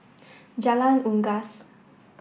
Jalan Unggas